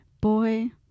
Boy